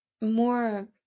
more